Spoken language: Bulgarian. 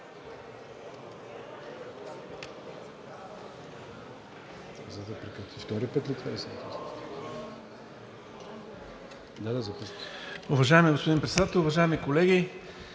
Уважаеми господин Председател, уважаеми колеги!